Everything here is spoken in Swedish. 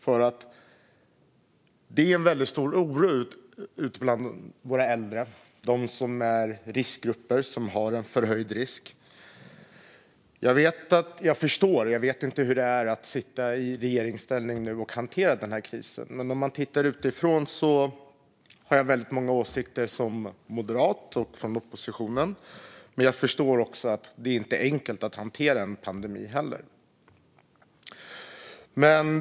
Det finns nämligen en väldigt stor oro ute bland våra äldre och bland de människor som har en förhöjd risk. Jag vet inte hur det är att sitta i regeringsställning nu och hantera denna kris. Men om jag tittar utifrån har jag väldigt många åsikter som moderat och från oppositionen. Men jag förstår också att det inte är enkelt att hantera en pandemi.